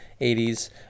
80s